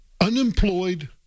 unemployed